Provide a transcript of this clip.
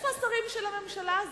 איפה השרים של הממשלה הזאת?